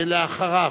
ואחריו,